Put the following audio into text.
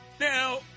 Now